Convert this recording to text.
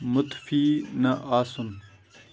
مُتفی نَہ آسُن